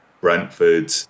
Brentford